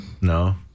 No